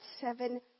seven